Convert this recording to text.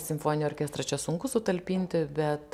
simfoninį orkestrą čia sunku sutalpinti bet